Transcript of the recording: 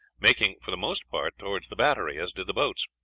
making for the most part towards the battery, as did the boats.